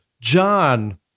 John